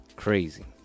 Crazy